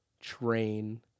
train